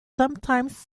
sometimes